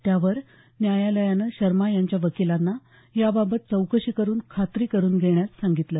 त्यावर न्यायालयानं शर्मा यांच्या वकिलांना याबाबत चौकशी करून खात्री करून घेण्यास सांगितलं